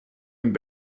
und